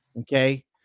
Okay